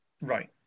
Right